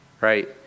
right